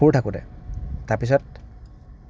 সৰু থাকোঁতে তাৰপিছত